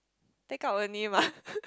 take out only mah